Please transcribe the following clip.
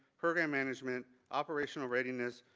program management, operational readiness,